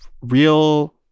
real